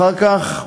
אחר כך,